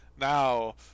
now